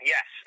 Yes